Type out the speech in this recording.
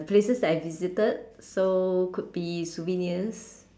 places that I visited so could be souvenirs